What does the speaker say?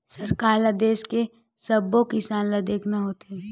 सरकार ल देस के सब्बो किसान ल देखना होथे